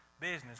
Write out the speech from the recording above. business